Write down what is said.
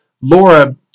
Laura